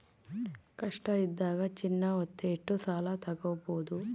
ಕಷ್ಟ ಇದ್ದಾಗ ಚಿನ್ನ ವತ್ತೆ ಇಟ್ಟು ಸಾಲ ತಾಗೊಬೋದು